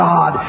God